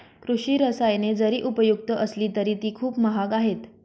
कृषी रसायने जरी उपयुक्त असली तरी ती खूप महाग आहेत